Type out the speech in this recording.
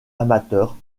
amateur